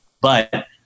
But-